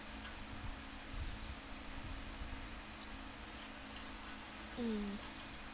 mm